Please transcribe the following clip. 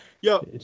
Yo